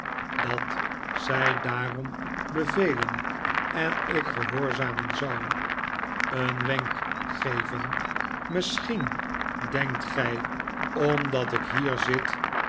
dat zij daarom bevelen en ik gehoorzamen zou een wenk geven misschien denkt gij omdat ik hier zit